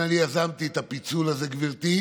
לכן אני יזמתי את הפיצול הזה, גברתי,